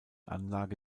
anlage